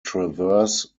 traverse